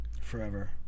Forever